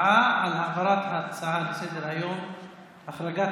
אנחנו נעבור להצבעה על העברת ההצעה לסדר-היום בנושא החרגת